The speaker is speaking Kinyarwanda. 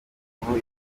intumbi